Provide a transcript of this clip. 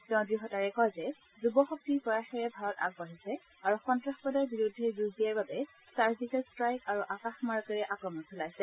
তেওঁ দৃঢ়তাৰে কয় যে যুৱ শক্তিৰ প্ৰয়াসেৰে ভাৰত আগবাঢ়িছে আৰু সন্ত্ৰাসবাদৰ বিৰুদ্ধে যুঁজ দিয়াৰ বাবে চাৰ্জিকেল ট্ৰাইক আৰু আকাশমাৰ্গেৰে আক্ৰমণ চলাইছে